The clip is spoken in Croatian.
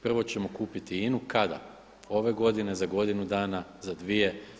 Prvo ćemo kupiti INA-u, kada, ove godine, za godinu dana, za dvije.